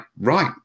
right